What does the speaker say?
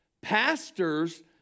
Pastors